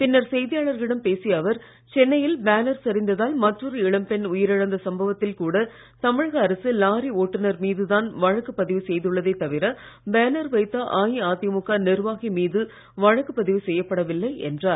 பின்னர் செய்தியாளர்களிடம் பேசிய அவர் சென்னையில் பேனர் சரிந்ததால் மற்றொரு இளம்பெண் உயிரிழந்த சம்பவத்தில் கூட தமிழக அரசு லாரி ஒட்டுநர் மீதுதான் வழக்கு பதிவு செய்துள்ளதே தவிர பேனர் வைத்த அஇஅதிமுக நிர்வாகி மீது வழக்கு பதிவு செய்யப்படவில்லை என்றார்